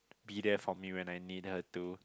be there for me when I need her to